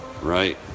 Right